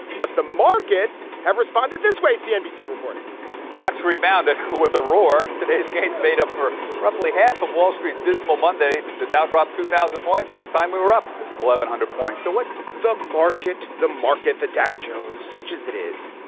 but the markets have responded this way, cnbc reported stocks rebounded with a roar. today's gains made up for roughly half of wall street's dismal monday. the dow dropped two thousand points. this time we were up eleven hundred points so what the market? the market, the dow jones, such as it is,